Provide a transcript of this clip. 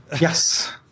Yes